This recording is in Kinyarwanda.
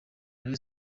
rayon